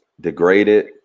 degraded